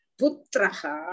putraha